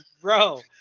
Bro